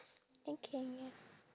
then can you have